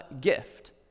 gift